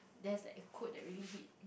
there's like a quote that really hit